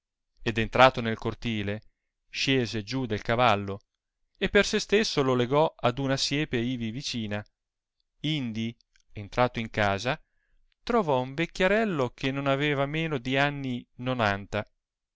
ed entrato nel cortile scese giù del cavallo e per se stesso lo legò ad una siepe ivi vicina indi entrato in casa trovò un vecchiarello che non aveva meno di anni nonanta